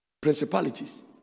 principalities